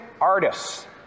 artists